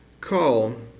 call